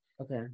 Okay